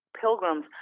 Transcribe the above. pilgrims